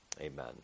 Amen